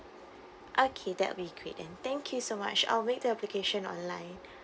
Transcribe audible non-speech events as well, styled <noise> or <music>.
okay that would be great then thank you so much I will make the application online <breath>